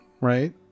Right